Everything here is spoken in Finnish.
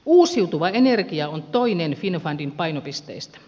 uusiutuva energia on toinen finnfundin painopisteistä